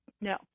no